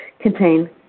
contain